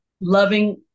loving